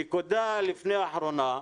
נקודה לפני אחרונה,